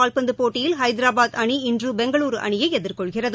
கால்பந்து போட்டியில் ஹைதராபாத் அணி இன்று பெங்களூர் அணியை எதிர்கொள்கிறது